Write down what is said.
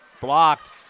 blocked